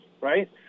right